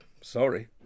Sorry